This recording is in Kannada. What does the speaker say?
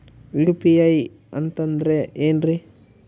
ಯು.ಪಿ.ಐ ಅಂತಂದ್ರೆ ಏನ್ರೀ?